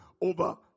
over